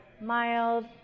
mild